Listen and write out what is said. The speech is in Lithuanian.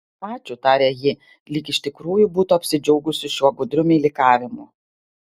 ačiū tarė ji lyg iš tikrųjų būtų apsidžiaugusi šiuo gudriu meilikavimu